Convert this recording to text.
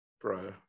Bro